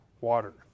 water